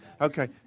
Okay